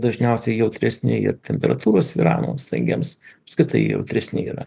dažniausiai jautresni ir temperatūrų svyravimams snaigėms apskritai jautresni yra